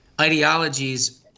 ideologies